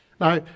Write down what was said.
Now